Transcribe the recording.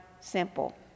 simple